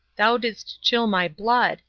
thou didst chill my blood,